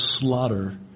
slaughter